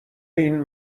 این